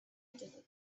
didn’t